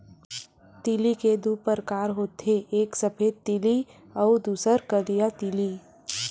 तिली के दू परकार होथे एक सफेद तिली अउ दूसर करिया तिली